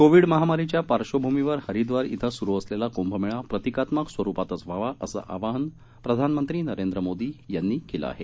Covid महामारीच्या पार्श्वभूमीवर हरीद्वार ध्वें सुरु असलेला कुंभमेळा प्रतिकात्मक स्वरुपातच व्हावा असं आवाहन प्रधानमंत्री नरेंद्र मोदी यांनी केलं आहे